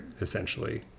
essentially